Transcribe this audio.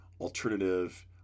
alternative